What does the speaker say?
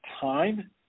time